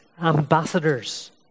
ambassadors